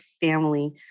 family